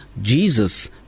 Jesus